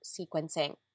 sequencing